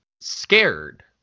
scared